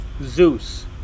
Zeus